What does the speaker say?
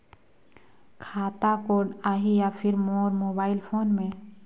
खाता कोड आही या फिर मोर मोबाइल फोन मे?